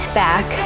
back